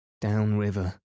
downriver